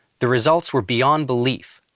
the results were beyond belief,